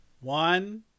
One